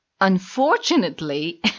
Unfortunately